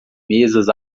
mesas